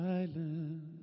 Silent